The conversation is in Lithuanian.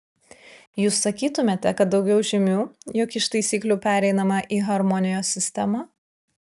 jūs sakytumėte kad daugiau žymių jog iš taisyklių pereinama į harmonijos sistemą